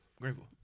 Greenville